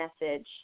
message